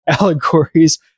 allegories